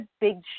big